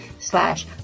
slash